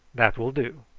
that will do.